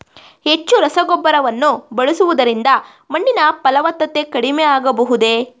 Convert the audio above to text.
ಹೆಚ್ಚು ರಸಗೊಬ್ಬರವನ್ನು ಬಳಸುವುದರಿಂದ ಮಣ್ಣಿನ ಫಲವತ್ತತೆ ಕಡಿಮೆ ಆಗಬಹುದೇ?